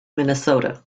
minnesota